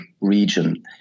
region